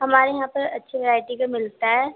ہمارے یہاں پہ اچھی ورائٹی کا ملتا ہے